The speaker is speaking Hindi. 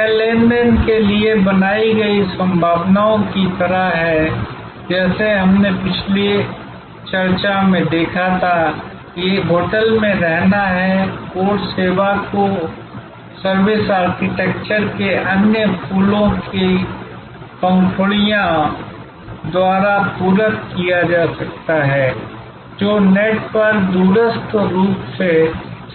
यह लेन देन के लिए बनाई गई संभावनाओं की तरह है जैसा कि हमने पिछली चर्चा में देखा था कि एक होटल में रहना है कोर सेवा को सर्विस आर्किटेक्चर के अन्य फूलों की पंखुड़ियों द्वारा पूरक किया जा सकता है जो नेट पर दूरस्थ रूप से